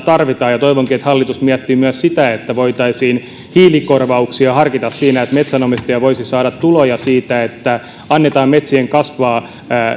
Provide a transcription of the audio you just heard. tarvitaan ja toivonkin että hallitus miettii myös sitä että voitaisiin hiilikorvauksia harkita niin että metsänomistaja voisi saada tuloja siitä että annetaan metsien kasvaa